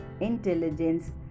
intelligence